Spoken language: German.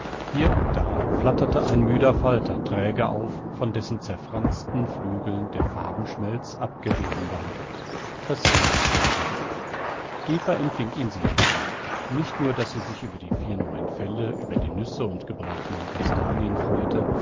hier und da flatterte ein müder falter träge auf von dessen zerfransten flügeln der farbenschmelz abgerieben war es herbstelte eva empfing ihn sehr vergnügt nicht nur daß sie sich über die vier neuen felle über die nüsse und gebratenen kastanien freute